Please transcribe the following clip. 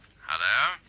Hello